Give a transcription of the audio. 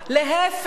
להיפך,